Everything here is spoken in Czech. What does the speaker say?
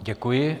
Děkuji.